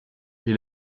est